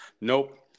Nope